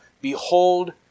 behold